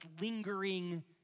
lingering